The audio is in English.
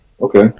Okay